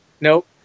Nope